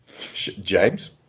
James